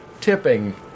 tipping